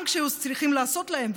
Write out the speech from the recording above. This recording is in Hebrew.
גם כשצריכים לעשות להם.